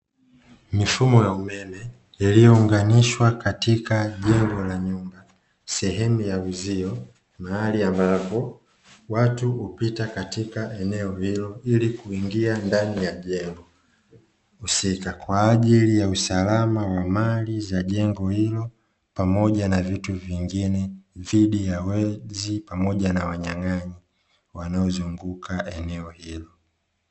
Mifumo ya umeme iliyounganishwa katika jengo la nyumba sehemu ya uzio, mahali ambapo watu hupita katika eneo hilo ili kuingia ndani ya jengo husika kwa ajili ya usalama wa mali za jengo hilo, pamoja na vitu vingine dhidi ya wezi pamoja na wanyang'anyi wanaozunguka eneo hilo.